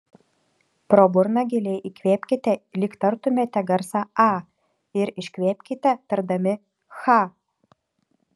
pro burną giliai įkvėpkite lyg tartumėte garsą a ir iškvėpkite tardami cha